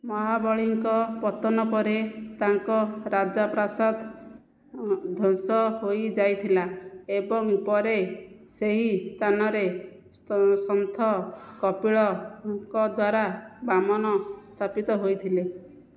ମହାବଳୀଙ୍କ ପତନ ପରେ ତାଙ୍କ ରାଜପ୍ରାସାଦ ଧ୍ୱଂସ ହୋଇଯାଇଥିଲା ଏବଂ ପରେ ସେହି ସ୍ଥାନରେ ସନ୍ଥ କପିଳଙ୍କ ଦ୍ଵାରା ବାମନ ସ୍ଥାପିତ ହୋଇଥିଲେ